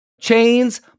Chains